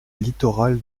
littoral